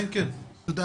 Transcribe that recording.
משפט